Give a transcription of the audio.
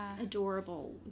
adorable